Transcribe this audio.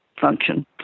function